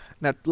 Now